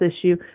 issue